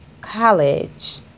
college